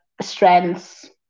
strengths